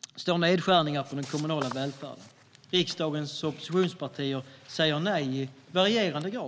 står stora nedskärningar av den kommunala välfärden. Riksdagens oppositionspartier säger nej i varierande grad.